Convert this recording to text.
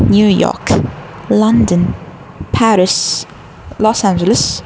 New York London Paris Los Angeles